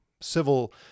civil